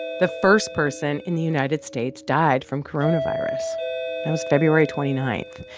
the first person in the united states died from coronavirus. that was february twenty nine.